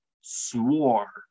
swore